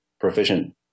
Proficient